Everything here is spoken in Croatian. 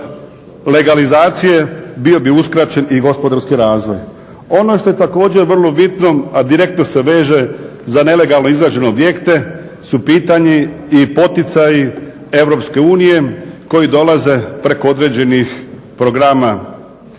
Bez legalizacije bio bi uskraćen i gospodarski razvoj. Ono što je također vrlo bitno a direktno se veže za nelegalno izgrađene objekte su pitanja i poticaji Europske unije koji dolaze preko određenih programa.